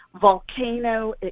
volcano